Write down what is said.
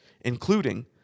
including